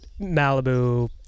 Malibu